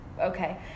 Okay